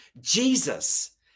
Jesus